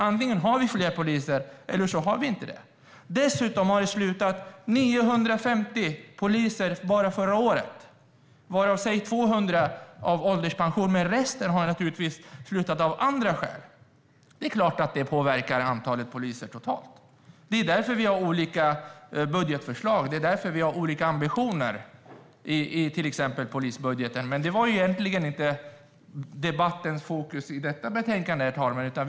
Antingen har vi fler poliser eller inte. Dessutom har 950 poliser slutat bara under förra året, varav ca 200 gick i ålderspension. Resten har slutat av andra skäl. Det är klart att detta påverkar antalet poliser totalt. Det är därför vi har olika budgetförslag och olika ambitioner i polisbudgeten. Det var dock inte detta som var debattens fokus när vi talar om detta betänkande.